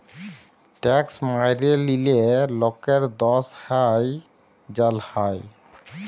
tax ম্যাইরে লিলে লকের দস হ্যয় জ্যাল হ্যয়